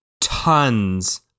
tons